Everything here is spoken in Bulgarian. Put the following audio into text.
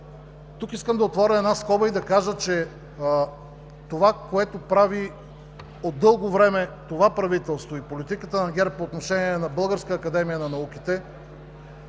Тук искам да отворя една скоба и да кажа, че това, което прави от дълго време правителството и политиката на ГЕРБ по отношение на Българската академия на науките,